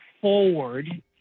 forward